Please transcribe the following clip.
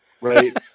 right